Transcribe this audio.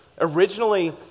Originally